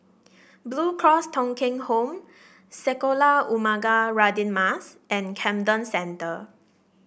Blue Cross Thong Kheng Home Sekolah Ugama Radin Mas and Camden Centre